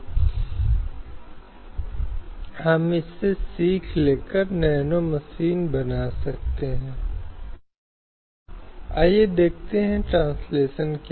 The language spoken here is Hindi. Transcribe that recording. विशेष रूप से जो चर्चा में आता है और हाल के दिनों में विचार विमर्श के तहत बहुत कुछ भारतीय संविधान का अनुच्छेद 44 है